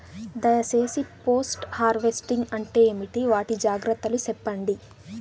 దయ సేసి post harvesting అంటే ఏంటి? వాటి జాగ్రత్తలు సెప్పండి?